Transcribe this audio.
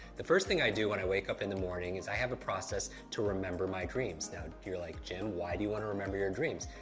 the first thing i do when i wake up in the morning is i have a process to remember my dreams. now, you're like, jim, why do you want to remember your dreams?